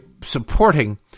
supporting